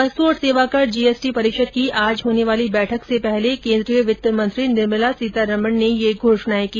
वस्तु और सेवाकरे जीएसटी परिषद की आज होने वाली बैठक से पहले केन्द्रीय वित्त मंत्री निर्मला सीतारमण ने ये घोषणाएं की